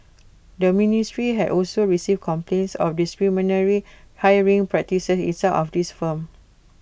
the ministry had also received complaints of discriminatory hiring practices in some of these firms